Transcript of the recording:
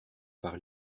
par